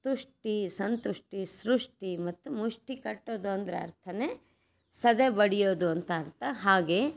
ತುಷ್ಟಿ ಸಂತುಷ್ಟಿ ಸೃಷ್ಟಿ ಮತ್ತು ಮುಷ್ಟಿ ಕಟ್ಟೋದು ಅಂದ್ರೆ ಅರ್ಥನೇ ಸದೆಬಡಿಯೋದು ಅಂತ ಅರ್ಥ ಹಾಗೇ